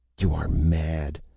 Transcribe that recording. you are mad.